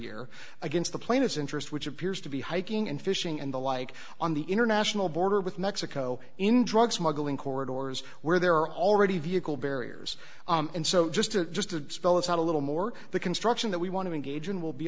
year against the plaintiff's interest which appears to be hiking and fishing and the like on the international border with mexico no in drug smuggling corridors where there are already vehicle barriers and so just to just to spell it out a little more the construction that we want to engage in will be